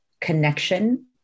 connection